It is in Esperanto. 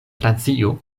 francio